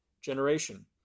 generation